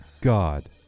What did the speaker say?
god